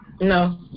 No